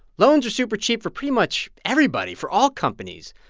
loans are super cheap for pretty much everybody, for all companies.